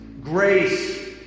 grace